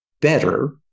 better